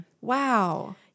Wow